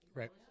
right